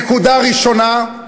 נקודה ראשונה,